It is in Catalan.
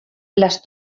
les